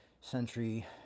century